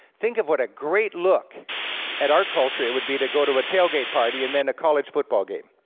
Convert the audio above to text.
think of what a great look at our culture it would be to go to a tailgate party, and then a college football game,